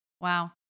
Wow